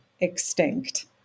extinct